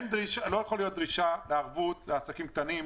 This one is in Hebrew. לא יכולה להיות דרישה לערבות לעסקים קטנים.